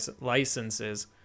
licenses